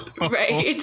Right